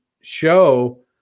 show